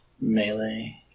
melee